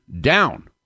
down